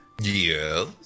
yes